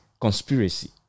conspiracy